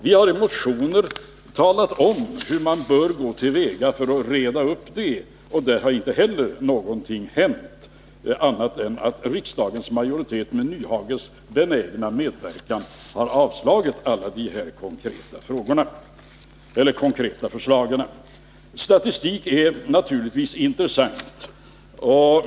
Vi har i motioner talat om hur man bör gå till väga för att reda upp detta. Men inte heller här har någonting annat hänt än att riksdagens majoritet, med Hans Nyhages benägna medverkan, har avslagit alla dessa konkreta förslag. Statistik är naturligtvis intressant.